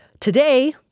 today